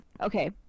Okay